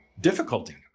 difficulty